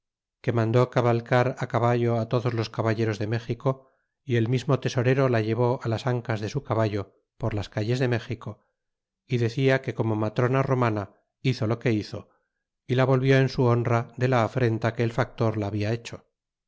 que mandó cabalcar caballo todos los caballeros de méxico y el mismo tesorero la llevó las ancas de su caballo por las calles de méxico y decia que como matrona romana hizo lo que hizo y la volvió en su honra de la afrenta que el factor la habia hecho